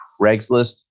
craigslist